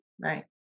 right